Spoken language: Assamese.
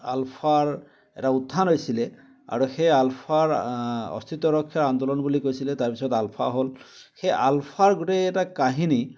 আলফাৰ এটা উত্থান হৈছিলে আৰু সেই আলফাৰ অস্তিত্ব ৰক্ষাৰ আন্দোলন বুলি কৈছিলে তাৰপিছত আলফা হ'ল সেই আলফাৰ গোটেই এটা কাহিনী